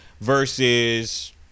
versus